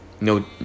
No